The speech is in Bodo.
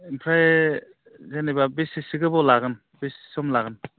ओमफ्राय जेनेबा बेसेसो गोबाव लागोन बेसे सम लागोन